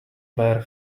bare